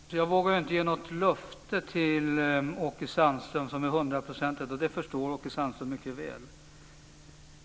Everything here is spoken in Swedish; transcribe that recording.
Herr talman! Jag vågar inte ge något hundraprocentigt löfte till Åke Sandström. Det förstår Åke Sandström mycket väl.